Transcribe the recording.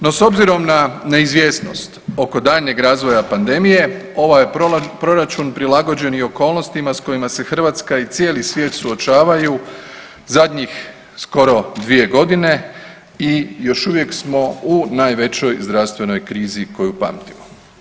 No s obzirom na neizvjesnost oko daljnjeg razvoja pandemije ovaj je proračun prilagođen i okolnostima s kojima se Hrvatska i cijeli svijet suočavaju zadnjih skoro dvije godine i još uvijek smo u najvećoj zdravstvenoj krizi koju pamtimo.